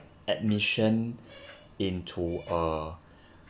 admission into uh